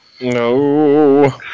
No